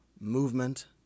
movement